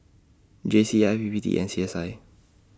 J C I P P T and C S I